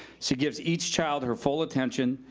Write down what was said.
she gives each child her full attention,